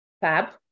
fab